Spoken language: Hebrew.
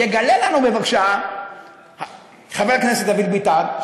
יגלה לנו בבקשה חבר הכנסת דוד ביטן,